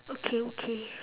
okay okay